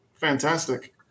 fantastic